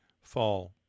fall